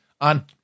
on